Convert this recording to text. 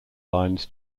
lines